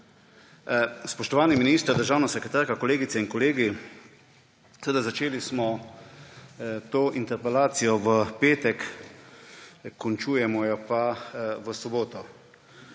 Spoštovani minister, državna sekretarka, kolegice in kolegi, to interpelacijo smo začeli v petek, končujemo jo pa v soboto.